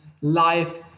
life